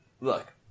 look